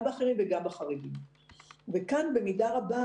גם באחרים וגם בחרדים - אך כאן במידה רבה